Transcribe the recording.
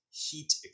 heat